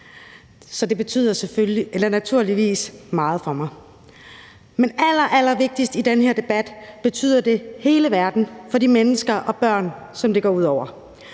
så det betyder naturligvis meget for mig. Men allerallervigtigst i den her debat betyder det hele verden for de voksne og børn, som det går ud over.